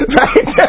right